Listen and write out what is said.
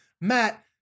matt